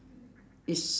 it's